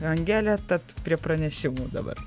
angelė tad prie pranešimų dabar